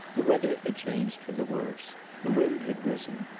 the weather had changed for the worse the wind had risen.